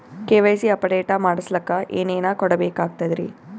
KYC update ಮಾಡಸ್ಲಕ ಏನೇನ ಕೊಡಬೇಕಾಗ್ತದ್ರಿ?